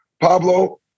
Pablo